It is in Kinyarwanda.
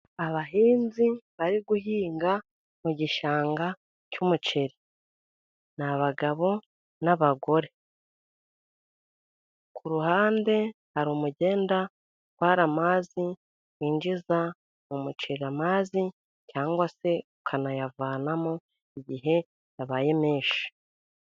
Abahinzi bari guhinga mu gishanga cy'umuceri. Ni abagabo n'abagore. Ku ruhande hari umugenda utwara amazi, winjiza mu muceri amazi cyangwa se ukanayavanamo, igihe yabaye menshi.